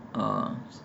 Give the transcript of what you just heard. uh